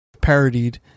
parodied